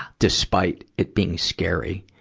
despite it being scary.